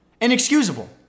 Inexcusable